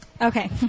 Okay